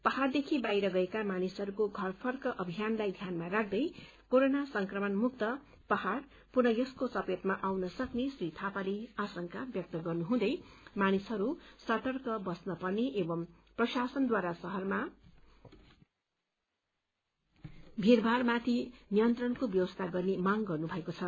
पहाड़देखि बाहिर गएका मानिसहरूको घर फर्क अभियानलाई ध्यानमा राख्दै कोरोना संक्रमण मुक्त पहाड़ पुनः यसको चपेटमा आउन सक्ने श्री थापाले आशंका व्यक्त गर्नुहुँदै मानिसहरू सतर्क बस्न पर्ने एवं प्रशासनद्वारा शहरमा भीड़भाड़ माथि नियन्त्रणको व्यवस्था गर्ने माग गर्नुभएको छ